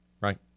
Right